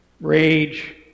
rage